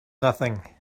nothing